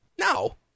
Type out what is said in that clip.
No